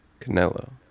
Canelo